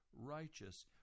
righteous